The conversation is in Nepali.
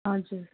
हजुर